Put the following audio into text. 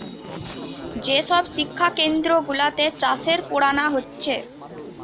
যে সব শিক্ষা কেন্দ্র গুলাতে চাষের পোড়ানা হচ্ছে